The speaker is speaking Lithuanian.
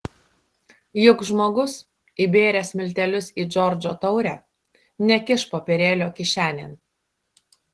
juk žmogus įbėręs miltelius į džordžo taurę nekiš popierėlio kišenėn